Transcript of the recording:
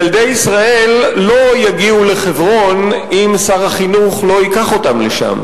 ילדי ישראל לא יגיעו לחברון אם שר החינוך לא ייקח אותם לשם,